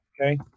Okay